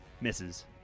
misses